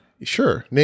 Sure